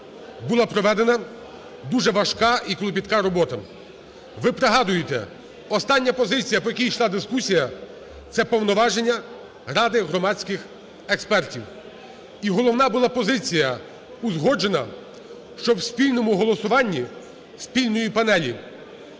була проведена дуже важка і клопітка робота. Ви пригадуєте, остання позиція, по якій йшла дискусія, - це повноваження Ради громадських експертів. І головна була позиція узгоджена: щоб в спільному голосуванні спільної панелі